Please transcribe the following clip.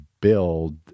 build